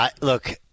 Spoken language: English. Look